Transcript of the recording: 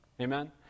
Amen